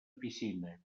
piscina